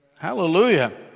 Hallelujah